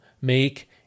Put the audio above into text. make